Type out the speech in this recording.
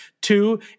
Two